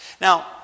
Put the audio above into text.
Now